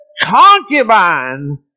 concubine